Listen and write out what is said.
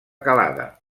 calada